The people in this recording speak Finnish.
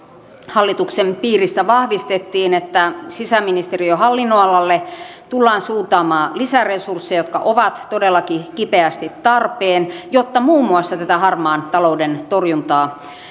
hallituksen piiristä vahvistettiin että sisäministeriön hallinnonalalle tullaan suuntaamaan lisäresursseja jotka ovat todellakin kipeästi tarpeen jotta muun muassa tätä harmaan talouden torjuntaa